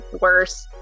worse